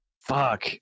Fuck